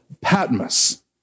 Patmos